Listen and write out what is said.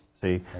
See